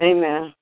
Amen